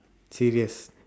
serious